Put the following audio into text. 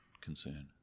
concern